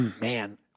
Man